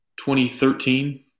2013